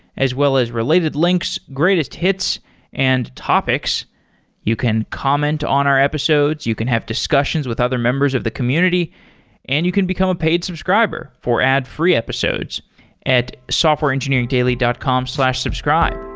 as well as related links, greatest hits and topics you can comment on our episodes. you can have discussions with other members of the community and you can become a paid subscriber for ad-free episodes at softwareengineeringdaily dot com subscribe